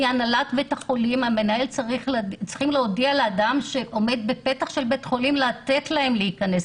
צריך להודיע לאדם שעומד בפתח בית החולים לתת להם להיכנס.